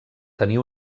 tenir